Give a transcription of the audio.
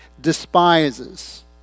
despises